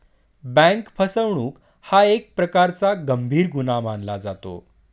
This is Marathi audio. बँक फसवणूक हा एक प्रकारचा गंभीर गुन्हा मानला जातो